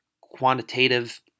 quantitative